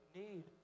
need